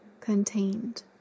contained